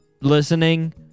listening